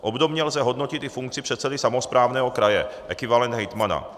Obdobně lze hodnotit i funkci předsedy samosprávného kraje, ekvivalent hejtmana.